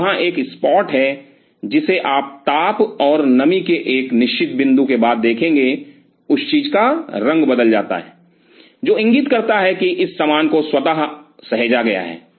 तो वहाँ एक स्पॉट है जिसे आप ताप और नमी के एक निश्चित बिंदु के बाद देखेंगे उस चीज़ का रंग बदल जाता है जो इंगित करता है कि इस सामान को स्वतः सहेजा गया है